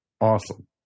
awesome